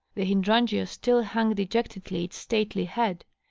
the hydrangea still hung dejectedly its stately head.